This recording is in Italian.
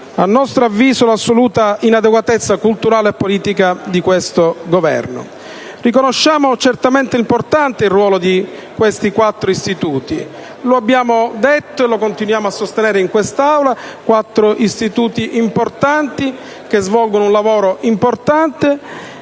a nostro avviso l'assoluta inadeguatezza culturale e politica di questo Governo. Riconosciamo come certamente importante il ruolo di questi quattro istituti. Lo abbiamo detto e lo continuiamo a sostenere in quest'Aula: si tratta di quattro istituti importanti, che svolgono un lavoro importante,